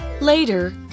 Later